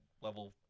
level